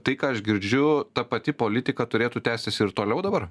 tai ką aš girdžiu ta pati politika turėtų tęstis ir toliau dabar